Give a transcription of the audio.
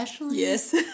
Yes